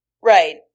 right